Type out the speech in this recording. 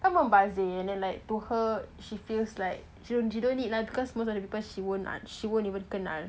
kan membazir and then like to her she feels like she don't need lah because most of the people she won't she won't even kenal